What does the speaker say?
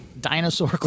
dinosaur